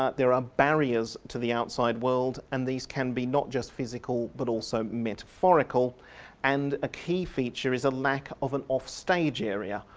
ah there are barriers to the outside world and these can be not just physical but also metaphorical and a key feature is a lack of an off-stage area,